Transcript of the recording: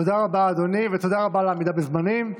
תודה רבה, אדוני, ותודה רבה על העמידה בזמנים.